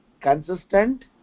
consistent